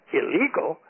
illegal